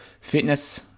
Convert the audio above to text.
fitness